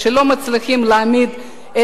שלא מצליחה להעמיד,